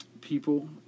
People